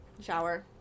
Shower